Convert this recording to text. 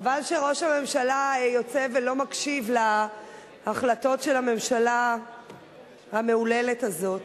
חבל שראש הממשלה יוצא ולא מקשיב להחלטות של הממשלה המהוללת הזאת